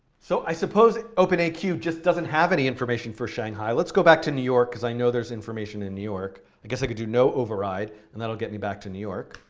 so i suppose openaq just doesn't have any information for shanghai. let's go back to new york, because i know there's information in new york. i guess i could do no override, and that'll get me back to new york.